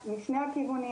משני הכיוונים,